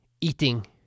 eating